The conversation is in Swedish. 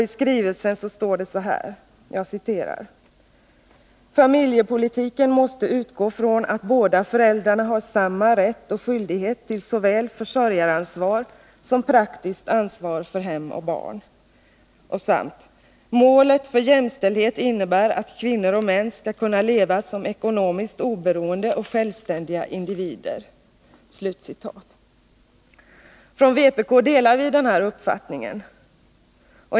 I skrivelsen står det: ”-—--familjepolitiken måste utgå från att båda föräldrarna har samma rätt och skyldighet till såväl försörjaransvar som praktiskt ansvar för hem och barn.” Litet längre fram under samma avsnitt står det: ”Miålet för jämställdhet innebär att kvinnor och män skall kunna leva som ekonomiskt oberoende och självständiga individer.” Från vpk:s sida delar vi denna uppfattning.